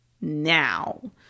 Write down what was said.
now